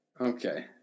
Okay